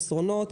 חסרונות,